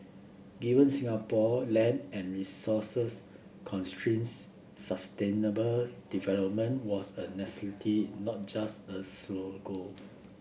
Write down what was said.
given Singapore land and resources constraints sustainable development was a necessity not just a slogan